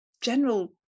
general